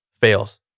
Fails